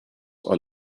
are